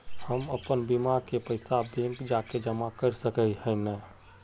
हम अपन बीमा के पैसा बैंक जाके जमा कर सके है नय?